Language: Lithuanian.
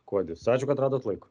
kuodis ačiū kad radot laiko